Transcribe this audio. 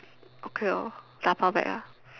okay lor dabao back ah